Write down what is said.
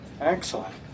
excellent